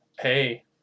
Hey